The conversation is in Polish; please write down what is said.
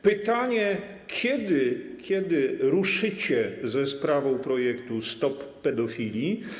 Pytanie: Kiedy ruszycie ze sprawą projektu „Stop pedofilii”